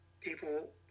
people